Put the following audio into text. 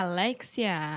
Alexia